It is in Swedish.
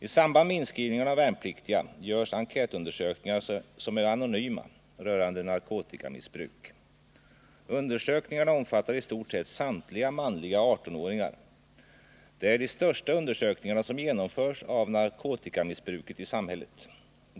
I samband med inskrivningarna av värnpliktiga görs enkätundersökningar som är anonyma rörande narkotikamissbruk, Undersökningarna omfattar i stort sett samtliga manliga 18-åringar. Det är de största undersökningarna som genomförs av narkotikamissbruket i samhället.